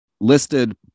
listed